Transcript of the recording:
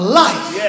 life